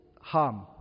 harm